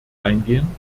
eingehen